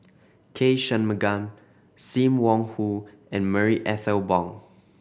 K Shanmugam Sim Wong Hoo and Marie Ethel Bong